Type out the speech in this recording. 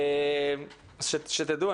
שתדעו.